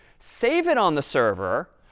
save it on the server,